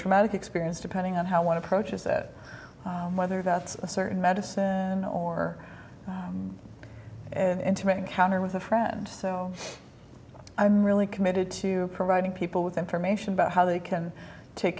traumatic experience depending on how one approaches that whether that's a certain medicine or an intimate encounter with a friend so i'm really committed to providing people with information about how they can take